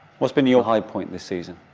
what's been your high point this season?